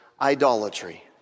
idolatry